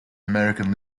american